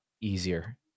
easier